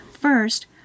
First